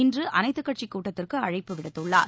இன்று அனைத்துக் கட்சிக் கூட்டத்திற்கு அழைப்பு விடுத்துள்ளார்